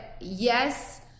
yes